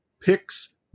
Picks